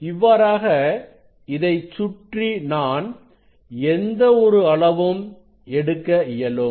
இவ்வாறாக இதைச் சுற்றி நான் எந்த அளவும் எடுக்க இயலும்